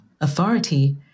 authority